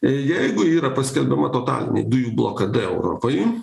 jeigu yra paskelbiama totalinė dujų blokada europai